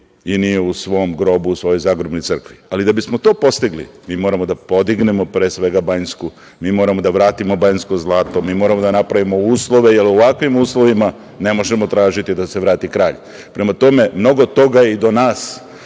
i nije u svom grobu u svojoj zagrobnoj crkvi. Ali, da bismo to postigli mi moramo da podignemo, pre svega, Banjsku, mi moramo da vratimo banjsko zlato, mi moramo da napravimo uslove, jer u ovakvim uslovima ne možemo tražiti da se vrati kralj. Prema tome, mnogo toga je i do nas. Sve